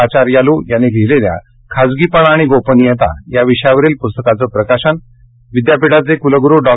आचार्यालु यांनी लिहिलेल्या खासगीपणा आणि गोपनीयता या विषयावरील पुस्तकाचं प्रकाशन यावेळी विद्यापीठाचे कुलगुरु डॉ